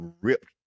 ripped